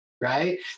right